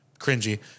cringy